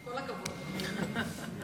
כל הכבוד לי.